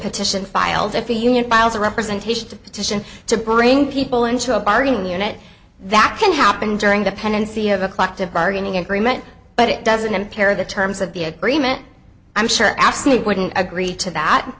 petition filed if the union files a representation of petition to bring people into a bargaining unit that can happen during the pendency of a collective bargaining agreement but it doesn't impair the terms of the agreement i'm sure absent wouldn't agree to that